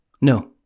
No